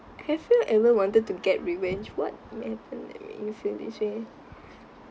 have you ever wanted to get revenge what happened that made you feel this way